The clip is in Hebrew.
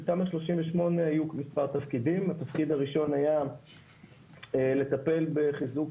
של תמ"א 38 היו מספר תפקידים: התפקיד הראשון היה לטפל בחיזוק